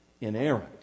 inerrant